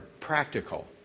practical